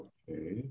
Okay